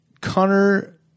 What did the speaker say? Connor